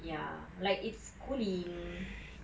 ya like it's cooling